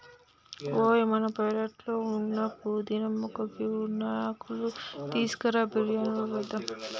ఓయ్ మన పెరట్లో ఉన్న పుదీనా మొక్కకి ఉన్న ఆకులు తీసుకురా బిరియానిలో వేద్దాం